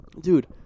Dude